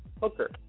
hooker